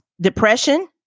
depression